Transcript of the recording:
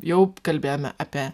jau kalbėjome apie